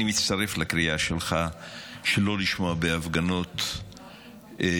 אני מצטרף לקריאה שלך שלא לשמוע בהפגנות איומים